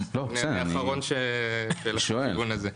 אני האחרון שילך לכיוון הזה.